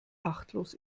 achtlos